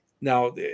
Now